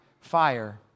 fire